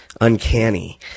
uncanny